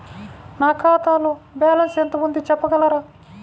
నా ఖాతాలో బ్యాలన్స్ ఎంత ఉంది చెప్పగలరా?